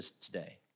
today